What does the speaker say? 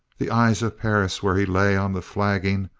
the eyes of perris, where he lay on the flagging,